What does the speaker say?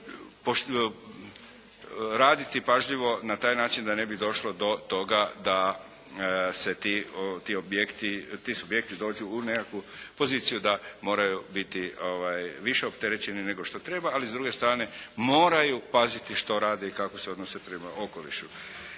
raditi, pažljivo na taj način da ne bi došlo do toga da ti subjekti dođu u nekakvu poziciju da moraju biti više opterećeni nego što treba, ali s druge strane moraju paziti što rade i kako se odnose prema okolišu.